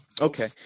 Okay